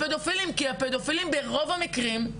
כי הפדופילים ברוב המקרים,